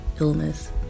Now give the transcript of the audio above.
illness